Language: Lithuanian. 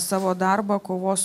savo darbą kovos